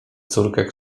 córkę